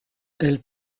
elle